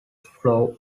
floor